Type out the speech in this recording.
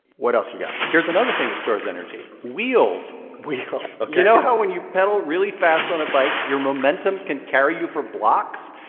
what else you got? here's another thing that stores energy wheels wheels ok you know how when you pedal really fast on a bike, your momentum can carry you for blocks?